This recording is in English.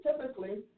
Typically